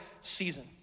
season